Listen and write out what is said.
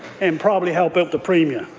and probably help out the premier.